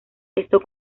esto